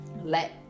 Let